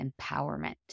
empowerment